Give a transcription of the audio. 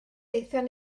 aethon